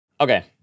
Okay